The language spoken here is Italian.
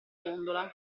gondola